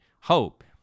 hope